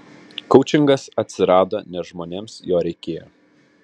koučingas atsirado nes žmonėms jo reikėjo